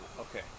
okay